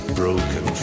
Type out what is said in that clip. broken